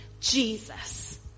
Jesus